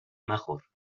مخور